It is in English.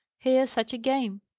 here's such a game!